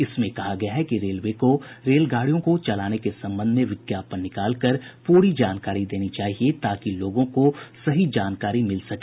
इसमें कहा गया है कि रेलवे को रेलगाड़ियों को चलाने के संबंध में विज्ञापन निकालकर पूरी जानकारी देनी चाहिए ताकि लोगों को सही जानकारी मिल सके